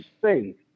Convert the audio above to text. faith